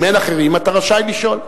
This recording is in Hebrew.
אם אין אחרים, אתה רשאי לשאול.